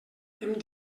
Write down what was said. hem